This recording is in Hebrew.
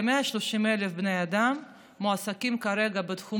ל-130,000 בני אדם שמועסקים כרגע בתחום